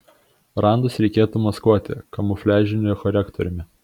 randus reikėtų maskuoti kamufliažiniu korektoriumi